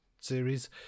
series